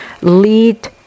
Lead